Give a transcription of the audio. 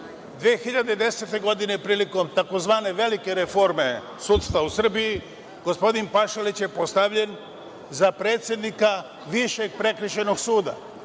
2010. godine prilikom, tzv. velike reforme sudstva u Srbiji, gospodin Pašalić je postavljen za predsednika Višeg prekršajnog suda,